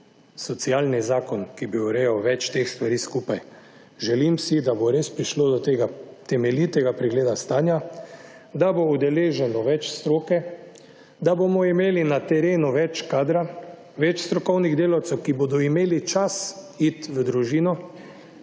socialnih zakon, ki bi urejal več teh stvari skupaj. Želim si, da bo res prišlo do tega temeljitega pregleda stanja, da bo udeleženo ves stroke, da bomo imeli na terenu več strokovnih delavcev, ki bodo imeli čas iti v družino